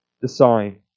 design